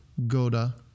Goda